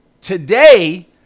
Today